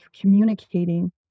communicating